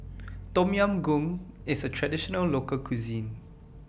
Tom Yam Goong IS A Traditional Local Cuisine